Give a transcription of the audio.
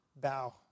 bow